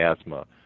asthma